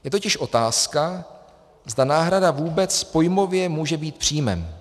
Je totiž otázka, zda náhrada vůbec pojmově může být příjmem.